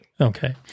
Okay